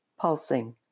Pulsing